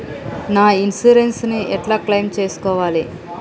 నా ఇన్సూరెన్స్ ని ఎట్ల క్లెయిమ్ చేస్కోవాలి?